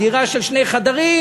בדירה של שני חדרים,